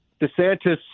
DeSantis